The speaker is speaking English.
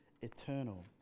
eternal